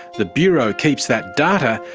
the bureau keeps that data,